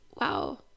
wow